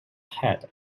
head